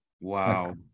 Wow